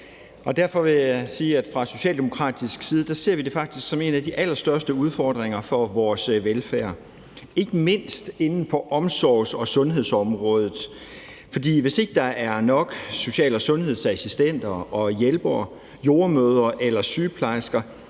Derfor vil jeg sige, at vi fra socialdemokratisk side faktisk ser det som en af de allerstørste udfordringer for vores velfærd – ikke mindst inden for omsorgs- og sundhedsområdet. For hvis ikke der er nok social- og sundhedsassistenter og -hjælpere, jordemødre eller sygeplejerske,